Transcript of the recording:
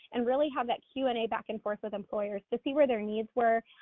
and really have that q and a back and forth with employers to see where their needs were,